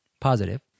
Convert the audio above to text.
positive